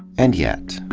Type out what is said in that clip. and yet.